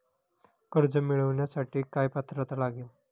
कर्ज मिळवण्यासाठी काय पात्रता लागेल?